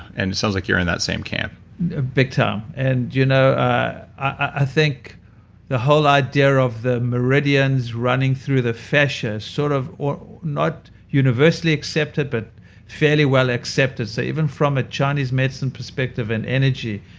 and it sounds like you're in that same camp big time. and you know ah i think the whole idea of the meridians running through the fascia, sort of not universally accepted but fairly well accepted. so even from a chinese medicine perspective and energy,